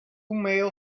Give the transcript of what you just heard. male